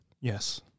Yes